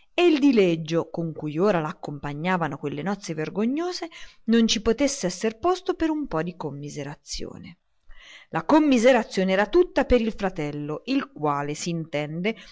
e il dileggio con cui ora la accompagnavano a quelle nozze vergognose non ci potesse esser posto per un po di commiserazione la commiserazione era tutta per il fratello il quale s'intende